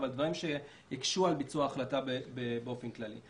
אבל דברים שהקשו על ביצוע ההחלטה באופן כללי.